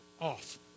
off